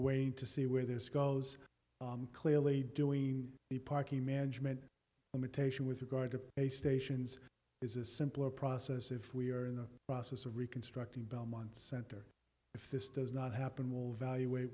waiting to see where this goes clearly doing the parking management imitation with regard to a stations is a simpler process if we are in the process of reconstructing belmont center if this does not happen will evaluate w